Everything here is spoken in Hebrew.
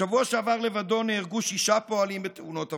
בשבוע שעבר לבדו נהרגו שישה פועלים בתאונות עבודה: